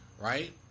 Right